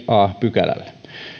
a pykälällä